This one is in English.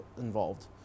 involved